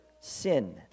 sin